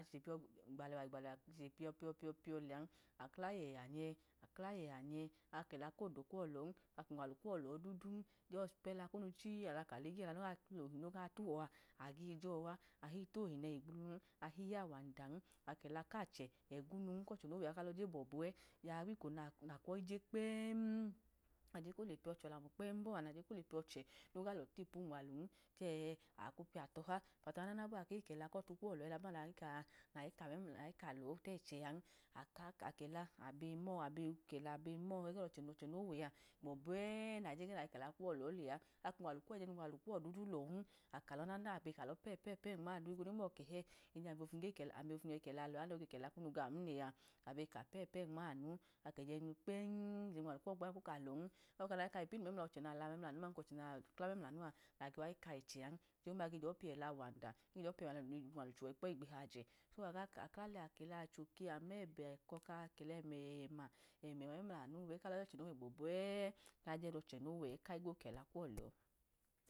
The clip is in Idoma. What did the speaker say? A chiche piyọ igba alẹwa alẹwa a chiche piyọ piyọ piyọ piyọ liyan. A kla yẹẹ a nyẹ. A kla yẹẹ a nyẹ. A kẹla ku odo kuwọ lẹ ọọn. A ka unwalu kuwọ lẹ ọọ duudun. Jọsi po ẹla kunu ligii, ohi noo gaa tau wọ a, a gee je ọọ a. A hii ta ohi nẹhi gbuulun. A hii ya awandan. A ka ẹla ku achẹ ẹgiyi nun, ku ọchẹ noo wẹ a kaa lẹ ọọ je gbọbu ẹ. Jaa gbeko nẹ a kwu ọọ i je kpẹẹm. Nẹ a je ka o le piya ọchẹ ọlamu kpẹẹm bọọ a, nẹ a je ka o le piya ọchẹ noo gaa lẹ uwọ ta ipu unwalun. Chẹẹ, aa kwu piya tọha. A piyatọha naana bọọ a, a hii ka ẹla ku ọtu kuwọ lẹ ọọ ẹn. Ẹla duuma nẹ a i ka an, o wẹ ẹla duuma nẹ a i ka lẹ ọọ ta ẹchẹ an. A kẹla a bee ma ọọ, a kẹla a bee ma ọọ, ẹgẹ ẹdọ ọchẹ noo wẹ a, gbọbu ẹẹ nẹ a i kẹla ku ọtu kuwọ lẹ ọọ lẹ a. A ka lẹ ọọ naana, a ka ẹjẹẹji unwalu kuwọ duudu lẹ ọọn. A ka lẹ ọọ naana, a bee ka lẹ ọọ pẹ, pẹ, pẹ nma anu, ohigbu noo gee ka ka ẹhẹẹ, ami ofum ge ka ẹla kum lẹ ọọ a nẹẹ? Anu a i ge ka ẹla akunu ga am nẹẹ a? A bee ka pẹ, pẹ nma anu. A ka ẹjẹnjinu kpẹẹm ọdanka unwalu kuwọ gbọọ a kwu ka lẹ ọọn. A ge kọka o hii lẹbẹẹka ọchẹ nẹ a kla inu mla anu aman ka a la mla anu a nẹ a i wa i kọka kunu ẹchẹ an. Ọchẹ doodu ga e ge je ọọ piya ẹla awanda. O gee je piya uwalu che uwọ ikpẹyi igbihajẹ. A kẹla, a choke, a ma ẹbẹ, a kẹla ẹmẹẹma. Gbọbu ẹẹ ku a je ẹdọ ọchẹ noo wẹ, gbọbu kaa ka ẹla kuwọ lẹ ọọ